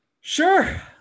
Sure